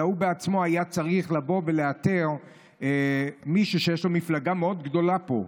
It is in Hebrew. אלא הוא בעצמו היה צריך לבוא ולאתר מישהו שיש לו מפלגה מאוד גדולה פה,